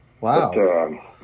Wow